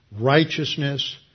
righteousness